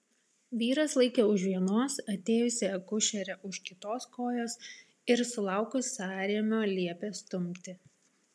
vyras laikė už vienos atėjusi akušerė už kitos kojos ir sulaukus sąrėmio liepė stumti